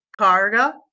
Carga